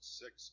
six